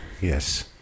Yes